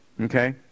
okay